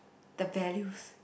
the values